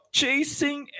chasing